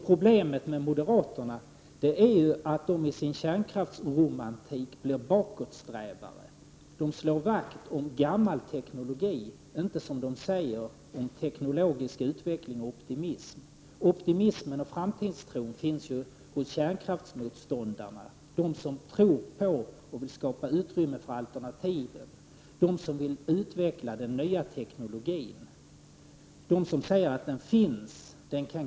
Problemet med moderaterna är att de i sin kärnkraftsromantik blir bakåtsträvare. De slår vakt om gammal teknologi och inte, som de säger, om teknologisk utveckling och optimism. Optimismen och framtidstron finns ju hos kärnkraftsmotståndarna, de som tror på och vill skapa utrymme för alternativen, de som vill utveckla den nya teknologin, de som säger att den finns och kan införas.